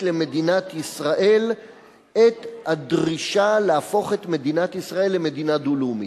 למדינת ישראל את הדרישה להפוך את מדינת ישראל למדינה דו-לאומית.